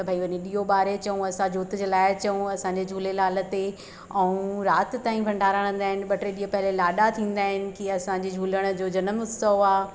त भई वञी ॾियो बारे अचूं असां जोत जलाए अचूं असांजे झूलेलाल ते ऐं राति ताईं भंडारा रहंदा आहिनि ॿ टे ॾींहं पहले लाॾा थींदा आहिनि की असांजे झूलण जो जनम उत्सव आहे